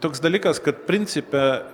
toks dalykas kad principe